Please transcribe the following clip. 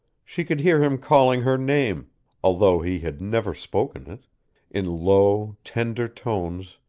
she could hear him calling her name although he had never spoken it in low, tender tones,